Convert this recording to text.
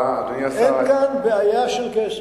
אין כאן בעיה של כסף,